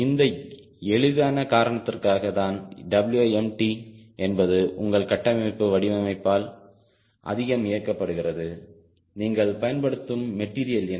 இந்த எளிதான காரணத்திற்காக தான்Wempty என்பது உங்கள் கட்டமைப்பு வடிவமைப்பால் அதிகம் இயக்கப்படுகிறது நீங்கள் பயன்படுத்தும் மெட்டீரியல் என்ன